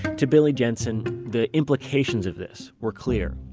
to billy jensen, the implications of this were clear.